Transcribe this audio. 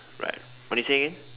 right what do you say again